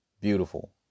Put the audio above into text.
beautiful